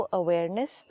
awareness